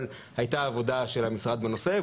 אבל הייתה עבודה של המשרד בנושא,